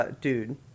Dude